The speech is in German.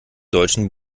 deutschen